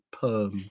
perm